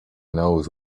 knows